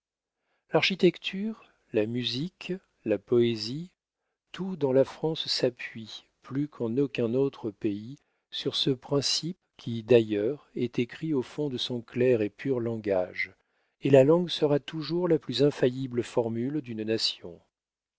l'architecture la musique la poésie tout dans la france s'appuie plus qu'en aucun autre pays sur ce principe qui d'ailleurs est écrit au fond de son clair et pur langage et la langue sera toujours la plus infaillible formule d'une nation